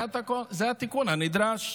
זה התיקון הנדרש.